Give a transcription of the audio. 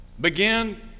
begin